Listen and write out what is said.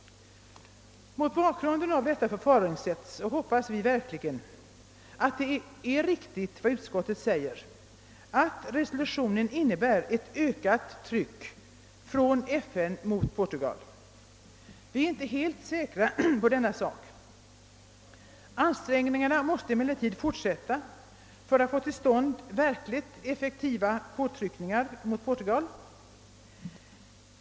Mot bakgrunden av detta förfaringssätt hoppas vi verkligen att det är riktigt som ustkottet säger att resolutionen innebär ett ökat tryck från FN mot Portugal. Vi är inte helt säkra på den saken. Ansträngningarna måste emellertid fortsätta för att få till stånd verkligt effektiva påtryckningar mot Portugal.